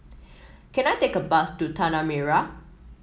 can I take a bus to Tanah Merah